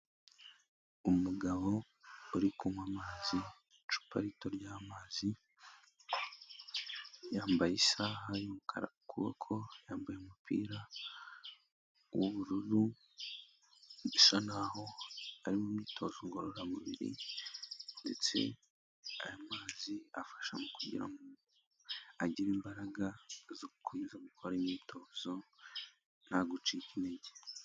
Umugabo uri kunywa amazi mu icupa rito ry'amazi yambaye isaha y'umukara ku kuboko yambaye umupira w'ubururu bisa n'aho ari mu myitozo ngororamubiri ndetse aya mazi afasha mu kugira ngo agire imbaraga zo gukomeza gukora imyitozo nta gucika intege.